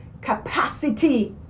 capacity